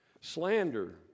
Slander